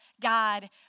God